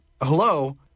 hello